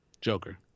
joker